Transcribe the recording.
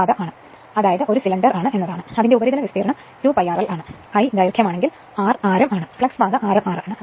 അതിനർത്ഥം അത് ഒരു സിലിണ്ടറാണ് എന്നാണ് അതിന്റെ ഉപരിതല വിസ്തീർണ്ണം 2π rl ആണ് l ദൈർഘ്യമാണെങ്കിൽ r ആരം ആണ് ഫ്ലക്സ് പാത ആരം r ആണ്